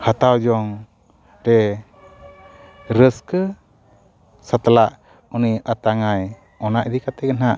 ᱦᱟᱛᱟᱣ ᱡᱚᱝ ᱨᱮ ᱨᱟᱹᱥᱠᱟᱹ ᱥᱟᱛᱞᱟᱜ ᱩᱱᱤ ᱟᱛᱟᱜ ᱟᱭ ᱚᱱᱟ ᱤᱫᱤ ᱠᱟᱛᱮᱫ ᱜᱮ ᱦᱟᱸᱜ